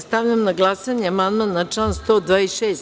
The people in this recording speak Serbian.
Stavljam na glasanje amandman na član 126.